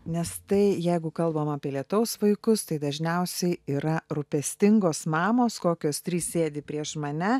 nes tai jeigu kalbam apie lietaus vaikus tai dažniausiai yra rūpestingos mamos kokios trys sėdi prieš mane